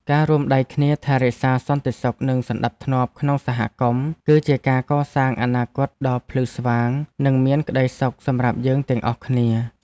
ការរួមដៃគ្នាថែរក្សាសន្តិសុខនិងសណ្តាប់ធ្នាប់ក្នុងសហគមន៍ គឺជាការកសាងអនាគតដ៏ភ្លឺស្វាងនិងមានក្តីសុខសម្រាប់យើងទាំងអស់គ្នា។